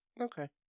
Okay